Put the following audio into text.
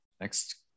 next